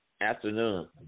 afternoon